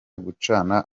gucana